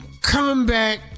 Comeback